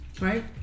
Right